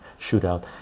shootout